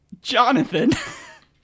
jonathan